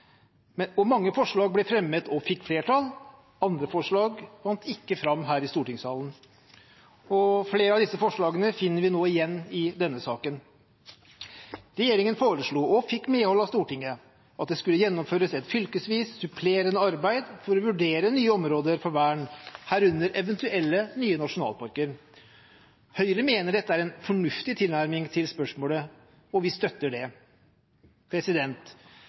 mange forslag ble fremmet og fikk flertall, mens andre forslag ikke vant fram i stortingssalen. Flere av disse forslagene finner vi nå igjen i denne saken. Regjeringen foreslo og fikk medhold av Stortinget i at det skulle gjennomføres et fylkesvis, supplerende arbeid for å vurdere nye områder for vern, herunder eventuelle nye nasjonalparker. Høyre mener dette er en fornuftig tilnærming til spørsmålet, og vi støtter det.